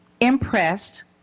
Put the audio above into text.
impressed